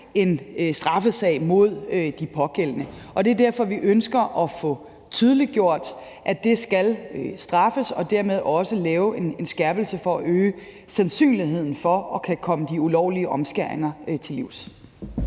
en straffesag mod de pågældende. Og det er derfor, at vi har ønsket at få tydeliggjort, at det skal straffes, og dermed også få lavet en skærpelse for at øge sandsynligheden for at kunne komme de ulovlige omskæringer til livs.